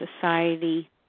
society